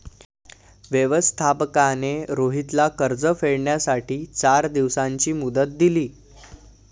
व्यवस्थापकाने रोहितला कर्ज फेडण्यासाठी चार दिवसांची मुदत दिली